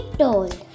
told